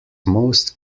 most